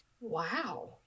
wow